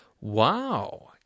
Wow